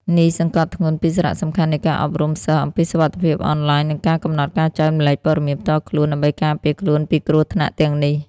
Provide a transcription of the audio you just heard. នេះសង្កត់ធ្ងន់ពីសារៈសំខាន់នៃការអប់រំសិស្សអំពីសុវត្ថិភាពអនឡាញ និងការកំណត់ការចែករំលែកព័ត៌មានផ្ទាល់ខ្លួន ដើម្បីការពារខ្លួនពីគ្រោះថ្នាក់ទាំងនេះ។